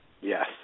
Yes